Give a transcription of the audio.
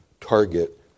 target